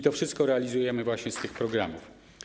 To wszystko realizujemy właśnie z tych programów.